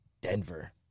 Denver